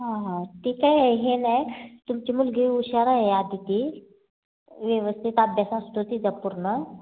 हां हां ते काय हे नाही तुमची मुलगी हुशार आहे अदिती व्यवस्थित अभ्यास असतो तिचा पूर्ण